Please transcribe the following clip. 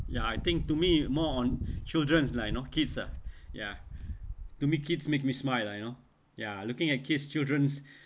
ya I think to me more on childrens lah you know kids ah ya to me kids make me smile lah you know ya looking at kids childrens